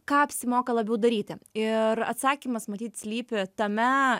ką apsimoka labiau daryti ir atsakymas matyt slypi tame